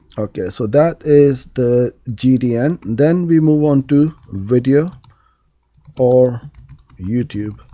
okay, so that is the gdn. then we move on to video for youtube.